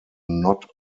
not